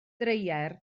dreier